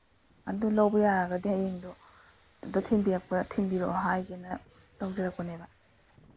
ꯑꯗꯨ ꯂꯧꯕ ꯌꯥꯔꯒꯗꯤ ꯍꯌꯦꯡꯗꯣ ꯑꯝꯇ ꯊꯤꯟꯕꯤꯔꯛꯑꯣ ꯍꯥꯏꯒꯦꯅ ꯇꯧꯖꯔꯛꯄꯅꯦꯕ